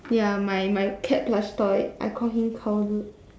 ya my my cat plush toy I call him